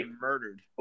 murdered